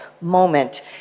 moment